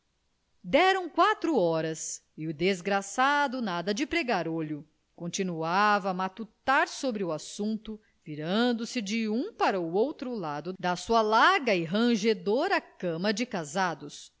deram quatro horas e o desgraçado nada de pregar olho continuava a matutar sobre o assunto virando-se de um para outro lado da sua larga e rangedora cama de casados